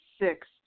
Six